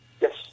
Yes